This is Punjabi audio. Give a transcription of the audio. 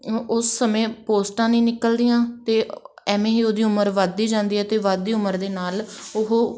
ਉ ਉਸ ਸਮੇਂ ਪੋਸਟਾਂ ਨਹੀਂ ਨਿਕਲਦੀਆਂ ਅਤੇ ਐਵੇਂ ਹੀ ਉਹਦੀ ਉਮਰ ਵੱਧਦੀ ਜਾਂਦੀ ਆ ਅਤੇ ਵੱਧਦੀ ਉਮਰ ਦੇ ਨਾਲ ਉਹ